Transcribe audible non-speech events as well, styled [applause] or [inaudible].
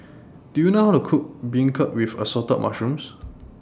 Do YOU know How to Cook Beancurd with Assorted Mushrooms [noise]